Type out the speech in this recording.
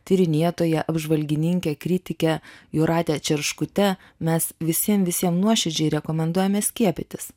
tyrinėtoja apžvalgininke kritike jūrate čerškute mes visiem visiem nuoširdžiai rekomenduojame skiepytis